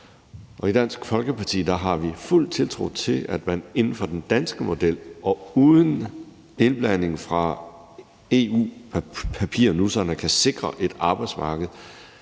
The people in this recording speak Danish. I Dansk Folkeparti har vi fuld tiltro til, at man inden for den danske model og uden indblanding fra EU-papirnusserne kan sikre et arbejdsmarked,